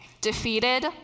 defeated